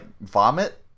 vomit